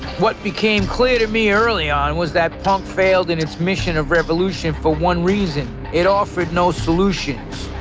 what became clear to me early on was that punk failed in its mission of revolution for one reason it offered no solutions.